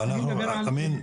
אמין,